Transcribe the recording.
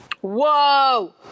Whoa